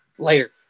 later